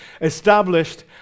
established